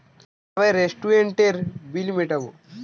কিভাবে রেস্টুরেন্টের বিল দেবো?